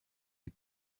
die